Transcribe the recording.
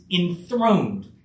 enthroned